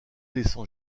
descend